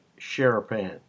Sherapan